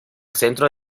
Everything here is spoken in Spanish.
centro